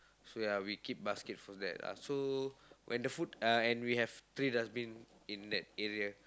so ya we keep baskets for that ah so when the food uh and we have three dustbin in that area